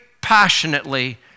passionately